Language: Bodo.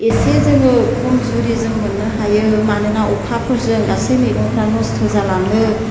एसे जोङो खम जुरि जों मोननो हायो मानोना अखाफोरजों गासै मैगंफ्रा नस्थ' जालाङो